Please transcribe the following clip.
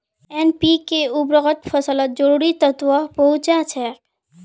NPK उर्वरक फसलत जरूरी तत्व पहुंचा छेक